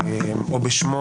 או בשמו